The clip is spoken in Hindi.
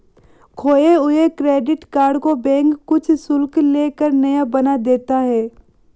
खोये हुए क्रेडिट कार्ड को बैंक कुछ शुल्क ले कर नया बना देता है